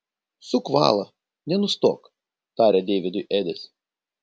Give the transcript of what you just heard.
suk valą nenustok tarė deividui edis